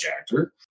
actor